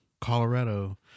Colorado